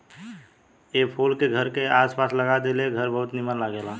ए फूल के घर के आस पास लगा देला से घर बहुते निमन लागेला